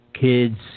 kids